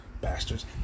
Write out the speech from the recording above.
bastards